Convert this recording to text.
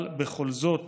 אבל בכל זאת